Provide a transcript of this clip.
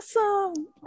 awesome